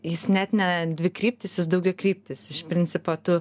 jis net ne dvikryptis jis daugiakryptis iš principo tu